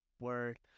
Word